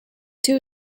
two